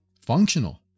functional